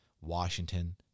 Washington